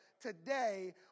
today